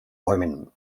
bäumen